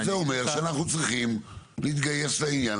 זה אומר שאנחנו צריכים להתגייס לעניין